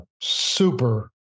super